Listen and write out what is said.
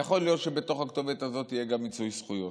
יכול להיות שבתוך הכתובת הזאת יהיה גם מיצוי זכויות,